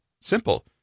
Simple